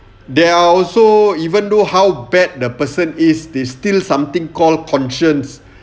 they are also even though how bad the person is they still something called conscience